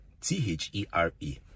t-h-e-r-e